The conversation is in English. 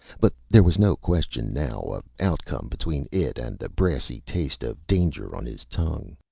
but there was no question, now, of outcome between it and the brassy taste of danger on his tongue.